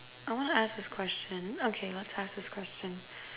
I want to ask this question okay let's have this question